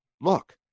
look